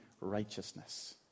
righteousness